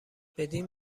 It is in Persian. بدین